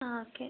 ആ ഓക്കെ